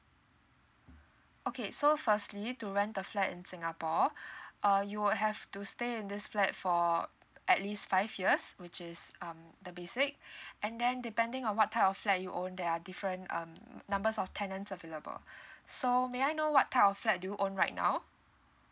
okay so firstly to rent a flat in singapore uh you will have to stay in this flat for at least five years which is um the basic and then depending on what type of flat you own there are different um numbers of tenants available so may I know what type of flat do you own right now